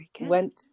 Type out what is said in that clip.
went